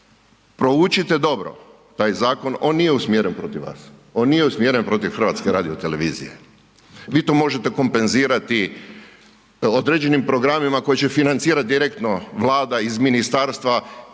proučite dobro taj zakon, on nije usmjeren protiv vas, on nije usmjeren protiv HRT-a, vi to možete kompenzirati određenim programima koji će financirati direktno Vlada iz ministarstva,